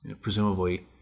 presumably